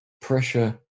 Pressure